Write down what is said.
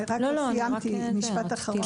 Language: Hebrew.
רק לא סיימתי, משפט אחרון.